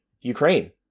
Ukraine